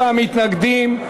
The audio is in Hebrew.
63 מתנגדים,